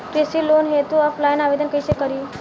कृषि लोन हेतू ऑफलाइन आवेदन कइसे करि?